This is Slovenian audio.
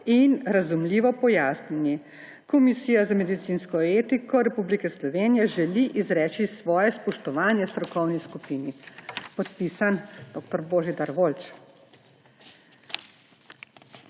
in razumljivo pojasnjeni. Komisija za medicinsko etiko Republike Slovenije želi izreči svoje spoštovanje strokovni skupini.« Podpisan dr. Božidar Volč.